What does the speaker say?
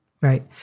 Right